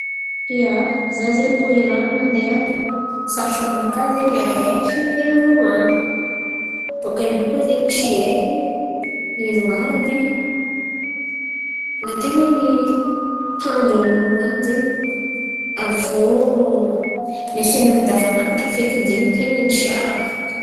Ia, za zen̈y koa irery mandeha an̈y, sarotro aminakà zen̈y ahay fiaim-piainan'olo an̈y, baka io zen̈y tsy haiko ino avy raha ten̈a ny tanjon̈o ny olo an̈y zen̈y. Avô le fiainan̈a andavanandra fekiny tena tsy arako feky.